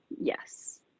Yes